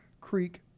Creek